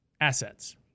assets